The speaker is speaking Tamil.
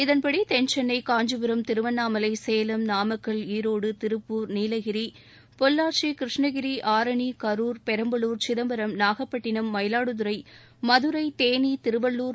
இதன்படி தென்சென்னை காஞ்சிபுரம் திருவண்ணாமலை சேலம் நாமக்கல் ஈரோடு திருப்பூர் நீலகிரி பொள்ளாக்சி கிருஷ்ணகிரி ஆரணி கரூர் பெரம்பலூர் சிதம்பரம் நாகப்பட்டினம் மயிலாடுதுறை மதுரை தேனி திருவள்ளுர்